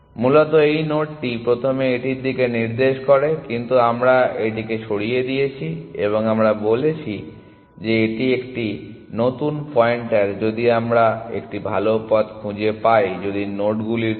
মূলত এই নোডটি প্রথমে এটির দিকে নির্দেশ করে কিন্তু এখন আমরা এটিকে সরিয়ে দিয়েছি এবং আমরা বলছি যে এটি একটি নতুন পয়েন্টার যদি আমরা একটি ভাল পথ খুঁজে পাই যদি বদ্ধ নোডগুলির জন্য